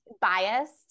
biased